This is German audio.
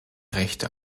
rechte